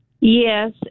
Yes